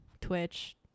twitch